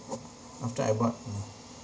after I bought mm